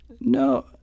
no